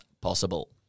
possible